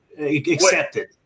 accepted